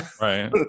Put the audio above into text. Right